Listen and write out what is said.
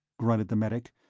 grunted the medic,